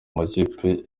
amakipe